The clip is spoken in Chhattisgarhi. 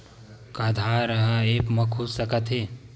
का आधार ह ऐप म खुल सकत हे?